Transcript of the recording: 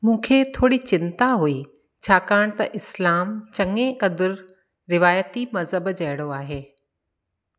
मूंखे थोरी चिंता हुई छाकाणि त इस्लाम चङे क़दुरु रिवायती मज़हब जहिड़ो आहे